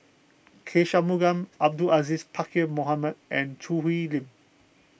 K Shanmugam Abdul Aziz Pakkeer Mohamed and Choo Hwee Lim